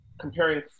comparing